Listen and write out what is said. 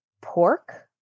pork